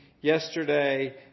yesterday